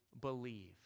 believe